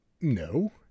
No